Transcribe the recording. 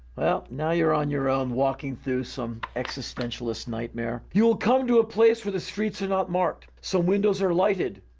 well, now you're on your own walking through some existentialist nightmare. you will come to a place where the streets are not marked. some so windows are lighted.